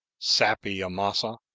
sappy amasa.